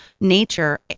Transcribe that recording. nature